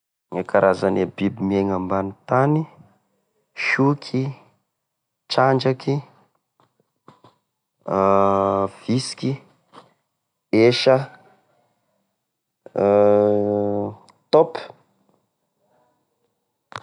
E karazane biby miaina ambany tany soky, trandraky, vitsiky, esa, tôp.